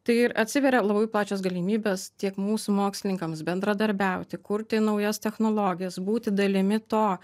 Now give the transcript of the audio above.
tai ir atsiveria labai plačios galimybės tiek mūsų mokslininkams bendradarbiauti kurti naujas technologijas būti dalimi to